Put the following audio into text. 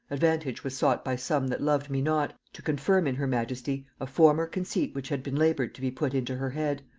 advantage was sought by some that loved me not, to confirm in her majesty a former conceit which had been labored to be put into her head,